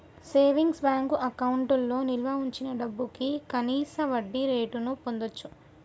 savings bank అకౌంట్లో నిల్వ వుంచిన డబ్భుకి కనీస వడ్డీరేటును పొందచ్చు